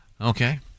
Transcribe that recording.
Okay